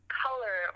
color